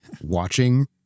watching